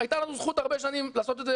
הייתה לנו זכות הרבה שנים לעשות את זה